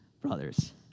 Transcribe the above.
brothers